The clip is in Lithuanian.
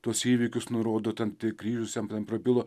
tuos įvykius nurodo ten tikryjusiam ten prabilo